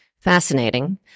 Fascinating